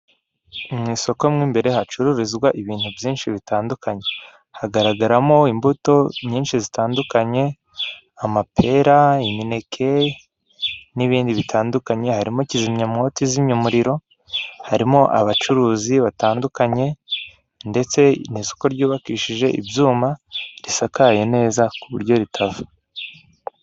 Urubuga rw'irembo rwafunguye serivisi nshya aho ukoresha imashini cyangwa telefone ukaba washyiraho igihe wasezeraniye mu murenge kugira ngo uhabwe icyemezo cy'uko washyingiwe.